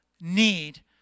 need